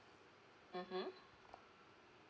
mmhmm